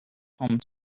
home